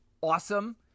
awesome